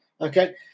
Okay